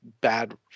bad